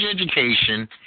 education